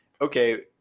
okay